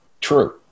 true